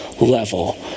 level